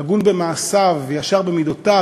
הגון במעשיו וישר במידותיו,